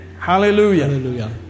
Hallelujah